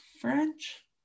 French